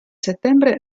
settembre